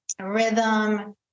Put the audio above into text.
rhythm